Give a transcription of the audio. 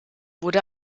wurde